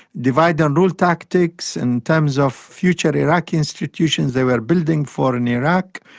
divide-and-rule tactics, in terms of future iraqi institutions they were building for in iraq,